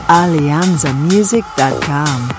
alianzamusic.com